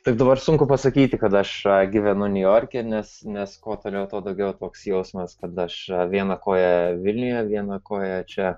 taip dabar sunku pasakyti kad aš gyvenu niujorke nes nes kuo toliau tuo daugiau toks jausmas kad aš viena koja vilniuje viena koja čia